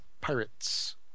Pirates